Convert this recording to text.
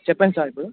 చెప్పండి సార్ ఇప్పుడు